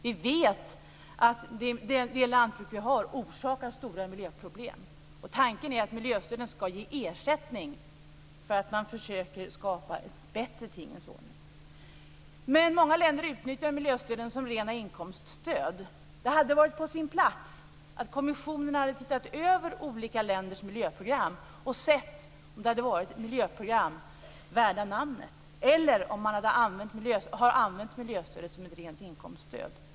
Vi vet att en del av våra lantbruk orsakar stora miljöproblem. Tanken är att miljöstöden ska ge ersättning för att man försöker skapa en bättre tingens ordning. Men många länder utnyttjar miljöstöden som rena inkomststöd. Det hade varit på sin plats att kommissionen hade sett över olika länders miljöprogram för att se om det var miljöprogram värda namnet eller om miljöstödet har använts som ett rent inkomststöd.